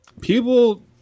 people